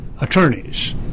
attorneys